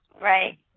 Right